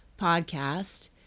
podcast